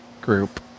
group